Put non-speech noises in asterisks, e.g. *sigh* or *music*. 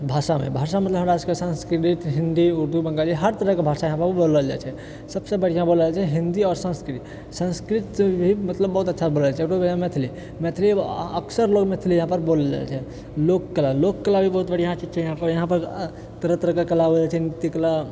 भाषामे भाषा मतलब हमरा सबकेँ संस्कृत हिन्दी उर्दू बंगाली हर तरहकेँ भाषा यहाँ पऽ बोलल जाय छै सबसे बढ़िआँ बोलल जाय छै हिन्दी और संस्कृत संस्कृत भी मतलब बहुत अच्छा बोलल जाय छै ओकर बाद मैथिली मैथिली अक्सर लोग मैथिली यहाँ पर बोलल जाय छै लोककला लोककला भी बहुत बढ़िआँ चीज छै यहाँ पर यहाँ पर तरह तरह कऽ कला *unintelligible* छै नृत्य कला